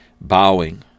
bowing